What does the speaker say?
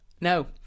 No